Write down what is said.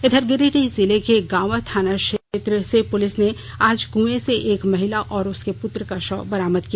इधर गिरिडीह जिले के गांवा थाना क्षेत्र से पुलिस ने आज कए से एक महिला और उसके पृत्र का शव बरामद किया